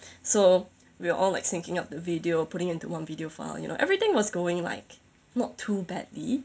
so we're all like syncing up the video putting it into one video file you know everything was going like not too badly